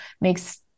makes